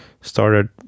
started